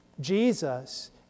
Jesus